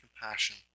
compassion